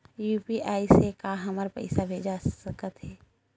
UPI से का हमर पईसा भेजा सकत हे?